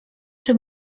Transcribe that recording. czy